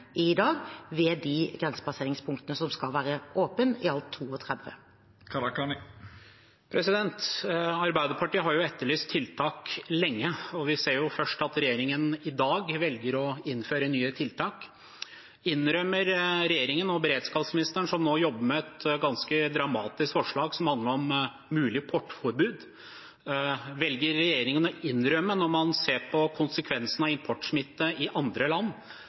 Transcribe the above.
i dag ved de grensepasseringspunktene som skal være åpne, i alt 32. Arbeiderpartiet har jo etterlyst tiltak lenge, og vi ser at regjeringen først i dag velger å innføre nye tiltak. Regjeringen og beredskapsministeren jobber nå med et ganske dramatisk forslag som handler om et mulig portforbud. Velger regjeringen å innrømme – når man ser konsekvensene av importsmitte i andre land,